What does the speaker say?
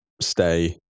Stay